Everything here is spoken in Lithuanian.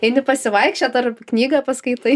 eini pasivaikščioti ar knygą paskaitai